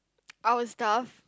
our stuff